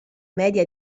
media